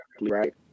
right